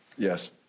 Yes